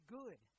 good